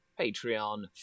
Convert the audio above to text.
Patreon